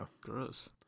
Gross